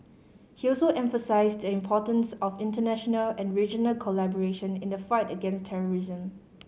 he also emphasised the importance of international and regional collaboration in the fight against terrorism